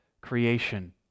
creation